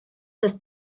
das